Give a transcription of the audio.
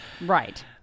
Right